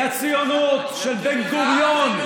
היא הציונות של בן-גוריון,